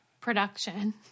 production